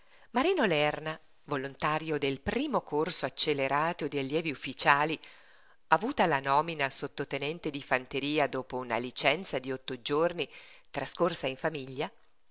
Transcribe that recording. marino lerna volontario del primo corso accelerato di allievi ufficiali avuta la nomina a sottotenente di fanteria dopo una licenza di otto giorni trascorsa in famiglia